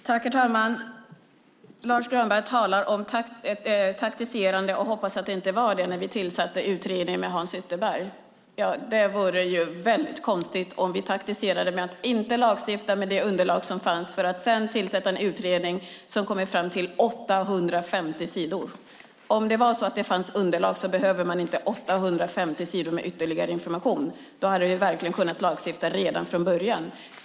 Herr talman! Lars U Granberg talar om taktiserande och hoppas att det inte var det när vi tillsatte utredningen med Hans Ytterberg. Det vore konstigt om vi taktiserade med att inte lagstifta med det underlag som fanns för att sedan tillsätta en utredning som består av 850 sidor. Om det fanns underlag behöver man inte 850 sidor med ytterligare information. Då hade vi kunnat lagstifta redan från början.